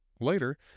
Later